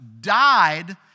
died